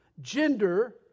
Gender